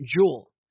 jewel